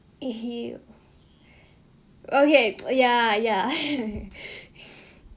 okay ya ya